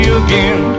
again